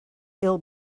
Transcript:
ill